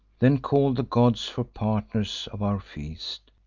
then call the gods for partners of our feast,